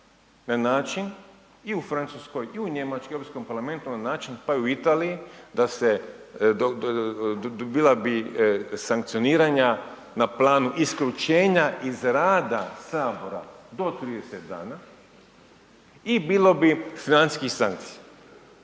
na način i u Francuskoj i u Njemačkoj i EU parlamentu na način, pa i u Italiji, da se, bila bi sankcioniranja na planu isključenja iz rada Sabora .../Govornik se ne čuje./... i bilo bi financijskih sankcija.